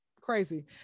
crazy